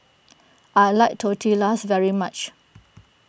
I like Tortillas very much